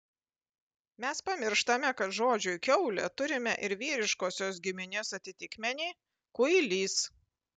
mes pamirštame kad žodžiui kiaulė turime ir vyriškosios giminės atitikmenį kuilys